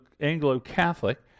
Anglo-Catholic